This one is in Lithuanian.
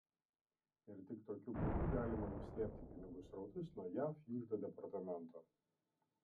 ir tik tokiu būdu galima nuslėpti pinigų srautus nuo jav iždo departamento